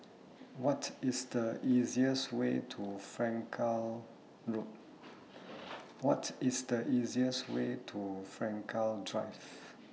What IS The easiest Way to Frankel Drive